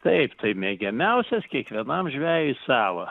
taip tai mėgiamiausias kiekvienam žvejui savo